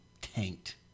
tanked